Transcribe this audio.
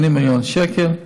80 מיליון שקלים,